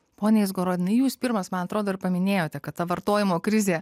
pone izgorodinai jūs pirmas man atrodo ir paminėjote kad ta vartojimo krizė